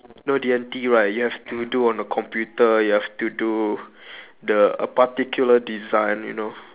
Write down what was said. know D&T right you have to do on a computer you have to do the a particular design you know